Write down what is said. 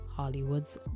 hollywood's